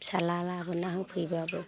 फिसाज्ला लाबोना होफैब्लाबो